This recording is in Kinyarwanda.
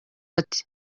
ati